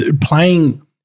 playing